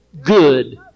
good